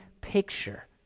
picture